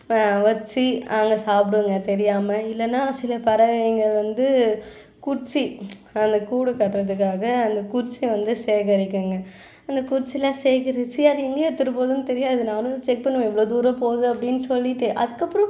வச்சு அங்கே சாப்பிடுங்க தெரியாமல் இல்லைன்னா சில பறவைங்கள் வந்து குச்சி அந்த கூடு கட்டுகிறதுக்குக்காக அந்த குச்சி வந்து சேகரிக்குங்க அந்தக் குச்சியெலாம் சேகரித்து அது எங்கே எடுத்துகிட்டு போகுதுன்னு தெரியாது நானும் செக் பண்ணுவேன் இவ்வளோ தூரம் போகுது அப்படின்னு சொல்லிட்டு அதுக்கப்புறம்